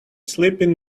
sleeping